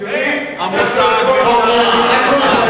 שלא קראו את החוק.